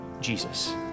Jesus